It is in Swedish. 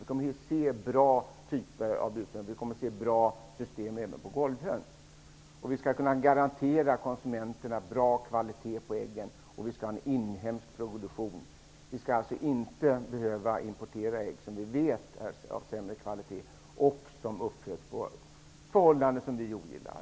Vi kommer att se både burhönssystem och bra system för golvhöns. Vi skall kunna garantera konsumenterna bra kvalitet på äggen, och vi skall ha en inhemsk produktion. Vi skall inte behöva importera ägg som vi vet är av sämre kvalitet och värps av hönor som föds upp i förhållanden som vi ogillar.